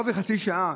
קרוב לחצי שעה.